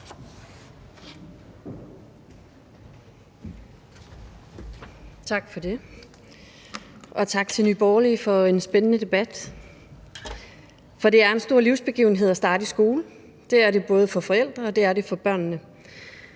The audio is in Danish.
Tak for det, og tak til Nye Borgerlige for en spændende debat. Det er en stor livsbegivenhed at starte i skole. Det er det for forældrene, og det